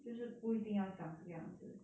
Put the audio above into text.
就是不一定要长这个样子